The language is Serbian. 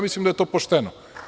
Mislim da je to pošteno.